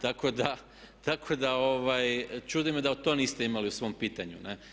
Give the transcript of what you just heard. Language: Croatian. Tako da čudi me da to niste imali u svom pitanju.